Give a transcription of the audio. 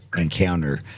encounter